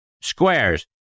Square's